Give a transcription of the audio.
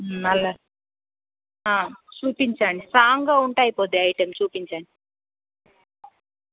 మళ్ళా చూపించండి స్ట్రాంగా ఉంటాయి పోతే ఐటమ్స్ చూపించండి